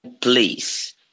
please